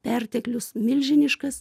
perteklius milžiniškas